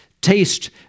taste